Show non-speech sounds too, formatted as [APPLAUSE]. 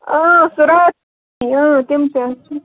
سُہ [UNINTELLIGIBLE] تِم تہِ